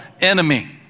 enemy